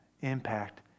impact